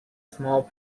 small